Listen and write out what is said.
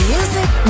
Music